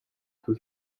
two